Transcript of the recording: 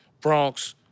Bronx